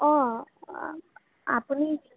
অঁ আপুনি